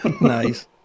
nice